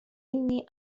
إني